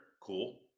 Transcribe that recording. cool